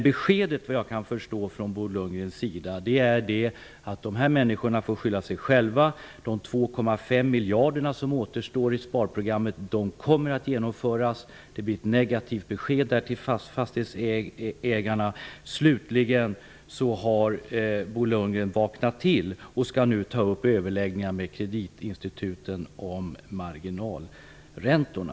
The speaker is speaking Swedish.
Beskedet från Bo Lundgren är såvitt jag förstår att människorna i fråga får skylla sig själva. Inbesparingen av de 2,5 miljarder som återstår av sparprogrammet kommer att genomföras. Fastighetsägarna får ett negativt besked. Slutligen har Bo Lundgren vaknat till och skall nu ta upp överläggningar med kreditinstituten om räntemarginalerna.